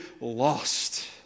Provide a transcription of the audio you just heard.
lost